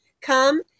come